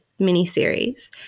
miniseries